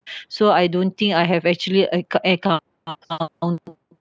so I don't think I have actually encountered